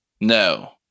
No